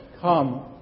come